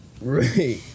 Right